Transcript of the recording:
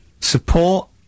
Support